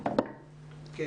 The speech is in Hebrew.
מה שכן,